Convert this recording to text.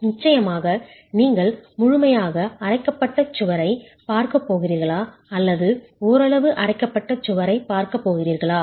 நிச்சயமாக நீங்கள் முழுமையாக அரைக்கப்பட்ட சுவரைப் பார்க்கப் போகிறீர்களா அல்லது ஓரளவு அரைக்கப்பட்ட சுவரைப் பார்க்கப் போகிறீர்களா